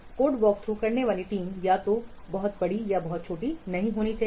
code walkthrough करने वाली team या तो बहुत बड़ी या बहुत छोटी नहीं होनी चाहिए